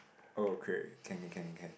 oh create can can can can can